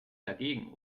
dagegen